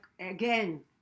again